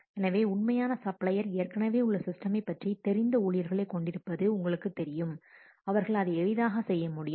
எனவே உண்மையான சப்ளையர் ஏற்கனவே உள்ள சிஸ்டமை பற்றி தெரிந்த ஊழியர்களை கொண்டிருப்பது உங்களுக்குத் தெரியும் அவர்கள் அதை எளிதாக செய்ய முடியும்